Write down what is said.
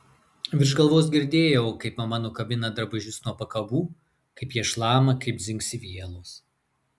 virš galvos girdėjau kaip mama nukabina drabužius nuo pakabų kaip jie šlama kaip dzingsi vielos